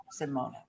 Simona